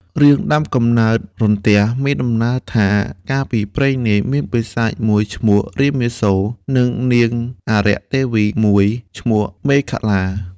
រឿង ដើមកំណើតរន្ទះ មានដំណាលថា កាលពីព្រេងនាយ មានបិសាចមួយ ឈ្មោះរាមាសូរ និងនាងអារក្ខទេវីមួយ ឈ្មោះមេខលា ។